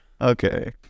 Okay